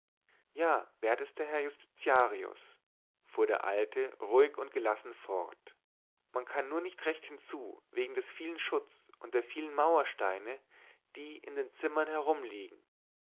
ja wertester herr justitiarius fuhr der alte ruhig und gelassen fort man kann nur nicht recht hinzu wegen des vielen schutts und der vielen mauersteine die in den zimmern herumliegen